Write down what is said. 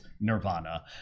nirvana